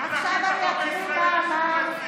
עכשיו אני אקריא מה אמר,